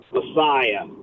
Messiah